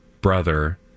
brother